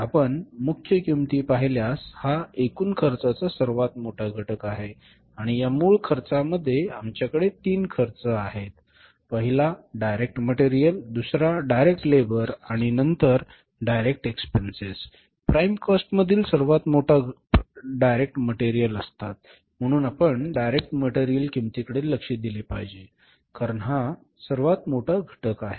आपण मुख्य किंमती पाहिल्यास हा एकूण खर्चाचा सर्वात मोठा घटक आहे आणि या मूळ खर्चामध्ये आमच्याकडे तीन खर्च आहेत पहिला डायरेक्ट मटेरियल आहे दुसरा डायरेक्ट लेबर आहे आणि नंतर डायरेक्ट एक्सपेन्सेस प्राइम कॉस्टमधील सर्वात मोठा घटक डायरेक्ट मटेरियल असतात म्हणून आपण डायरेक्ट मटेरियल किंमती कडे लक्ष दिले पाहिजे कारण हा सर्वात मोठा घटक आहे